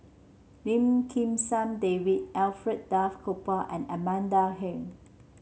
Lim Kim San David Alfred Duff Cooper and Amanda Heng